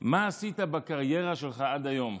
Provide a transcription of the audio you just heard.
מה עשית בקריירה שלך עד היום?